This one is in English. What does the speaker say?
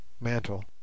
Mantle